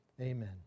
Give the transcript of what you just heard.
Amen